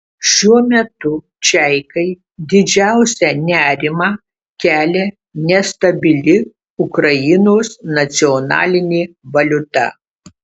šiuo metu čeikai didžiausią nerimą kelia nestabili ukrainos nacionalinė valiuta